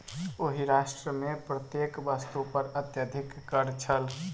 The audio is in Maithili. ओहि राष्ट्र मे प्रत्येक वस्तु पर अत्यधिक कर छल